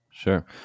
Sure